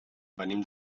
venim